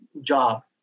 job